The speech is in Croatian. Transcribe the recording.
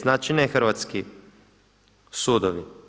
Znači, ne hrvatski sudovi.